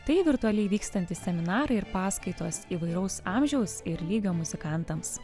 tai virtualiai vykstantys seminarai ir paskaitos įvairaus amžiaus ir lygio muzikantams